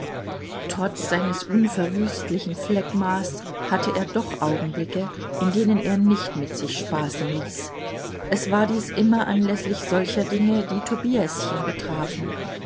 trotz seines unverwüstlichen phlegmas hatte er doch augenblicke in denen er nicht mit sich spaßen ließ es war dies immer anläßlich solcher dinge die tobiäschen betrafen